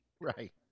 Right